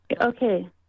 okay